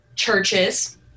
Churches